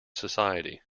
society